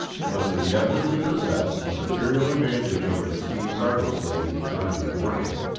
must inevitably possess a material advantage over the steam cargo slave in economy of working,